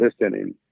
listening